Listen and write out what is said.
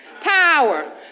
Power